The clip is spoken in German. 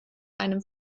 einem